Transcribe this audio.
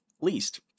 least